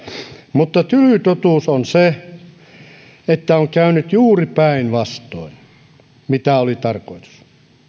mutta tyly totuus on se että on käynyt juuri päinvastoin kuin oli tarkoitus